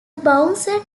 bouncer